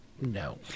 no